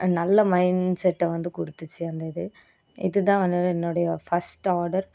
நல்ல மைண்ட் செட்டை வந்து கொடுத்துச்சி அந்த இது இது தான் வந்து என்னுடைய ஃபஸ்ட்டு ஆர்டர்